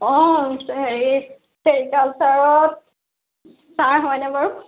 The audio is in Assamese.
অঁ হেৰি চেৰিকালচাৰত ছাৰ হয়নে বাৰু